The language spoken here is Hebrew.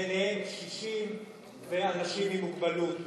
ובהן קשישים ואנשים עם מוגבלות,